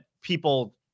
people